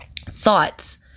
thoughts